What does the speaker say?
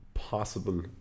Possible